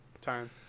time